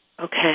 Okay